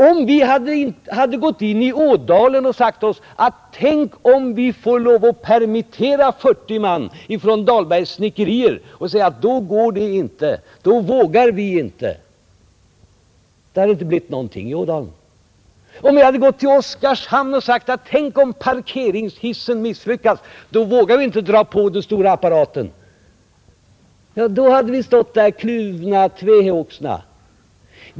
Om vi gått in i Ådalen och sagt oss: Tänk om vi får lov att permittera 40 man från Dahlbergs snickerier, då vågar vi inte göra något, så hade det inte blivit någonting i Ådalen. Om vi gått in i Oskarhamn och sagt oss: Tänk om parkeringshissen misslyckas, då vågar vi inte dra på den stora apparaten, så hade vi stått där kluvna och tvehågsna.